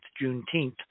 juneteenth